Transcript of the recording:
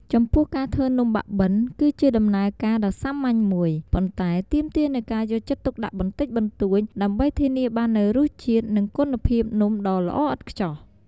ចំពោះ ការធ្វើនំបាក់បិន គឺជាដំណើរការដ៏សាមញ្ញមួយ ប៉ុន្តែទាមទារនូវការយកចិត្តទុកដាក់បន្តិចបន្តួច ដើម្បីធានាបាននូវរសជាតិ និងគុណភាពនំដ៏ល្អឥតខ្ចោះ។